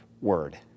word